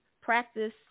practice